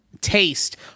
taste